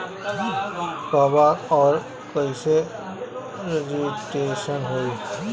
कहवा और कईसे रजिटेशन होई?